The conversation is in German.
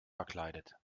verkleidet